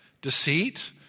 deceit